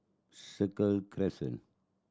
Cycle Crescent